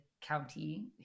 county